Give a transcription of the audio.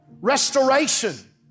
restoration